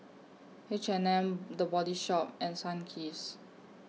H and M The Body Shop and Sunkist